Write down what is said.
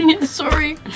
Sorry